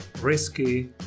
risky